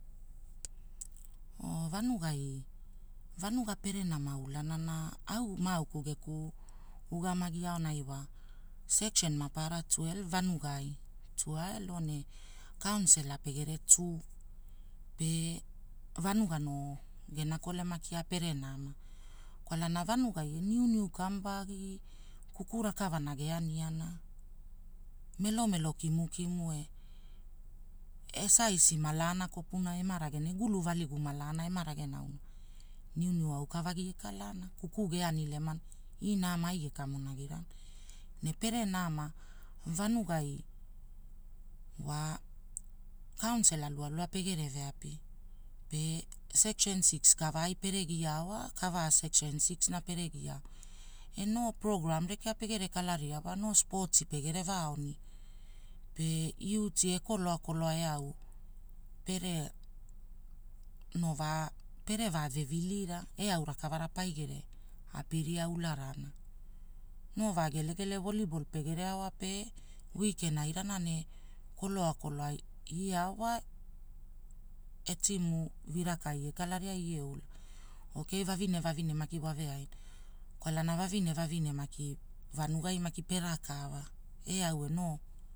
Vanugai, vanuga pere nama ulanana, au maauku geku ugamagi aonai wa sekshen mapara tuelv vanugai tuaelo ne. Kaonsel pegere tu, pe, vanuga noo gena kolema kia pere nama. Kwalana vanugai wa niu niu kamuvagi, kuku rakavana geaniana, melo melo kimu kimu e, esaaisi malaana kopuna emara ragena, egulu valigu malanaema ragenau. Niuniu aoka vagi ekalaana. Kuku geani lemana, ina, ama ai gekamonagirana. Ne pere nama, vanugai. Wa kaonsela lualua pegere veapi, pe sekshen ciix kavaai pere gia aoa kavaa sekshen ciix na pere gia, E no prograam rekea pegere kalaria wa noo spoti pege vaa onia, pe uti e koloa koloa eau, pere, no vaa, pere vaa vevilira ee eau rakavara pai gere, apiria ulanana. Noo vaa gelgele wolibol pegere aoa pe, wiken airana ne, koloa koloa ia ao wa e tiimu vira kaara ia kala ne ia ula, oo keii vavine vavine maki wave aina. Kwalana vavine vavine maki vanugai maki perakava, e au ee no.